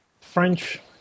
French